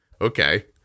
okay